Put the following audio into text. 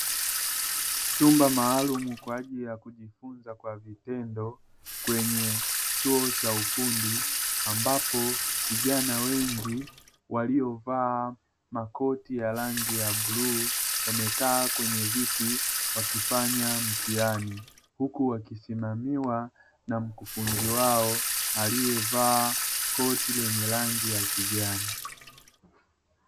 Chumba maalumu kwaajili ya kujifunza kwa vitendo kwenye chuo cha ufundi, ambapo vijana wengi waliovaa makoti ya rangi ya bluu, wamekaa kwenye viti wakifanya mtihani, huku wakisimamiwa na mkufunzi wao aliyevaa koti lenye rangi ya kijani.